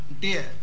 dear